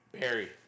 Barry